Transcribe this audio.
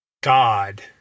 God